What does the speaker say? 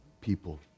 people